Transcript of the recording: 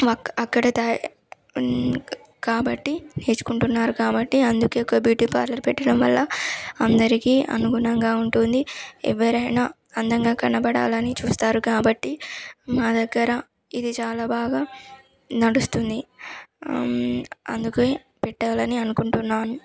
అక్ అక్కడ తయా కాబట్టి నేర్చుకుంటున్నారు కాబట్టి అందుకే ఒక బ్యూటీ పార్లర్ పెట్టడం వల్ల అందరికీ అనుగుణంగా ఉంటుంది ఎవ్వరైనా అందంగా కనపడాలని చూస్తారు కాబట్టి మా దగ్గర ఇది చాలా బాగా నడుస్తుంది అందుకే పెట్టాలని అనుకుంటున్నాను